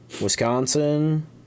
Wisconsin